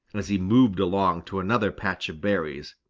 as he moved along to another patch of berries.